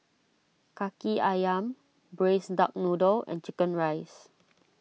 Kaki Ayam Braised Duck Noodle and Chicken Rice